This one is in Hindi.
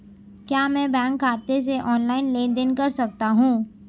क्या मैं बैंक खाते से ऑनलाइन लेनदेन कर सकता हूं?